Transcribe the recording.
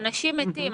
אנשים מתים,